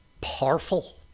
powerful